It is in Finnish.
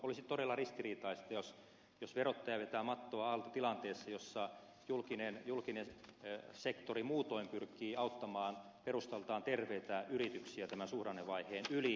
olisi todella ristiriitaista jos verottaja vetää mattoa alta tilanteessa jossa julkinen sektori muutoin pyrkii auttamaan perustaltaan terveitä yrityksiä tämän suhdannevaiheen yli